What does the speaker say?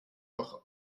noch